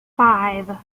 five